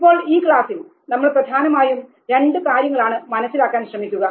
ഇപ്പോൾ ഈ ക്ലാസിൽ നമ്മൾ പ്രധാനമായും രണ്ടു കാര്യങ്ങളാണ് മനസ്സിലാക്കാൻ ശ്രമിക്കുക